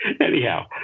Anyhow